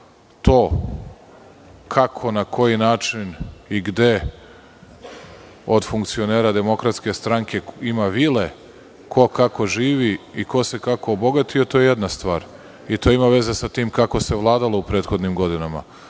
To, kako, na koji način i gde od funkcionera DS ima vile, ko, kako živi i ko se kako obogatio, je jedna stvar. To ima veze sa tim kako se vladalo u prethodnim godinama.